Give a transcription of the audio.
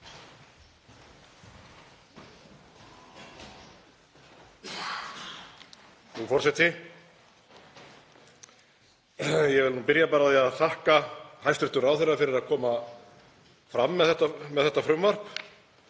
Frú forseti. Ég vil nú byrja á því að þakka hæstv. ráðherra fyrir að koma fram með þetta frumvarp